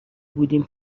بودیم